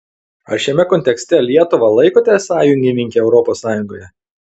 ar šiame kontekste lietuvą laikote sąjungininke europos sąjungoje